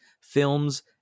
films